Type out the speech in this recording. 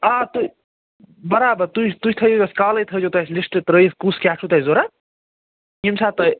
آ تہٕ برابر تُہۍ تُہۍ تھٲیِو اسہِ کالے تھٲزیٚو تُہۍ اسہِ لسٹہٕ تٔرٛٲیِتھ کُس کیٛاہ چھُو تۄہہِ ضروٗرت ییٚمہِ ساتہٕ تۄہہِ